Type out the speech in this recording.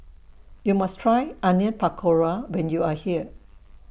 YOU must Try Onion Pakora when YOU Are here